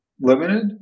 limited